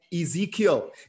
Ezekiel